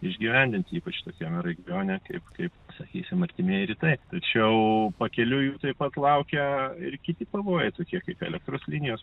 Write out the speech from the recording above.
išgyvendint ypač tokiame regione kaip kaip sakysim artimieji rytai tačiau pakeliui jų taip pat laukia ir kiti pavojai tokie kaip elektros linijos